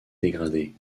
dégradée